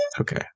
Okay